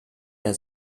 der